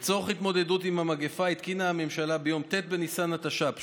לצורך התמודדות עם המגפה התקינה הממשלה ביום ט' בניסן התש"ף,